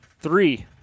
three